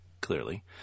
clearly